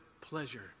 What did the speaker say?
pleasure